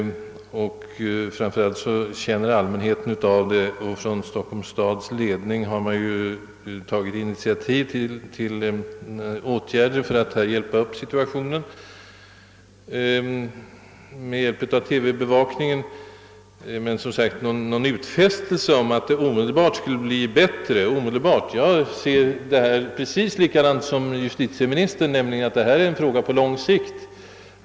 Framför allt får allmänheten känna av det. Stockholms stads ledning har också tagit initiativ till åtgärder för att förbättra situationen, bl.a. med hjälp av TV-bevakning, men några utfästelser om att förhållandena omedelbart skall bli bättre har inte gjorts av mig eller från det hållet. Jag betraktar nämligen denna fråga precis som justitieministern gör. Det är en fråga på lång sikt.